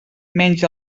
menys